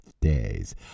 days